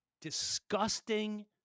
disgusting